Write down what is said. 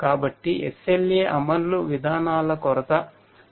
కాబట్టి SLA అమలు విధానాల కొరత ఉంది